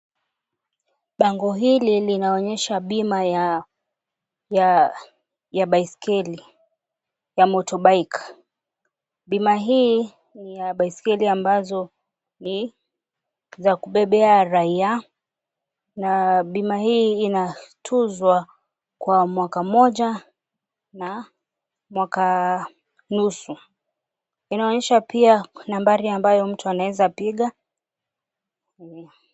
Bango hili linaonyesha bima ya baisikeli, ya motorbike . Bima hii ni ya baisikeli ambazo ni za kubebea raia na bima hii inatuzwa kwa mwaka mmoja na mwaka nusu. Inaonyesha pia nambari ambayo mtu anaeza piga.